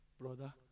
Brother